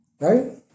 Right